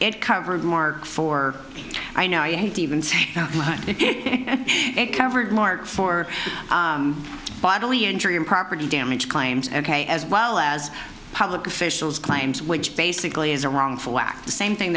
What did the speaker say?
it covered more for i know you hate to even say it covered for bodily injury and property damage claims ok as well as public officials claims which basically is a wrongful act the same thing